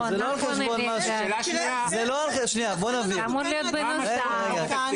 נכון, זה אמור להיות בנוסף.